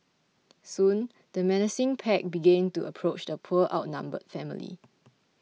soon the menacing pack began to approach the poor outnumbered family